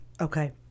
Okay